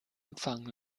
empfang